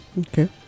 Okay